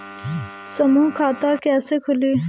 समूह खाता कैसे खुली?